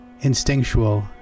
instinctual